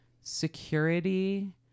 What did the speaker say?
security